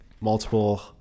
multiple